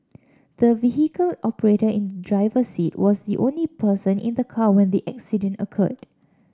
the vehicle operator in the driver's seat was the only person in the car when the accident occurred